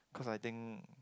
because I think